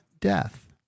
death